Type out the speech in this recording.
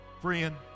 Friend